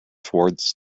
towards